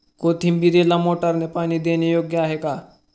कोथिंबीरीला मोटारने पाणी देणे योग्य आहे का?